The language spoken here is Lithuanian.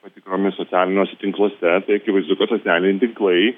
patikromis socialiniuose tinkluose tai akivaizdu kad socialiniai tinklai